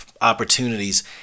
opportunities